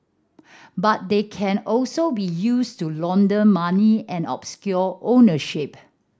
but they can also be used to launder money and obscure ownership